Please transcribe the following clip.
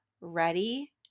ready